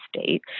state